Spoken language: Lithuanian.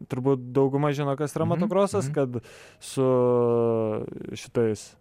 turbūt dauguma žino kas yra motokrosas kad su šitais